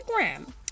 Instagram